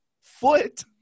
foot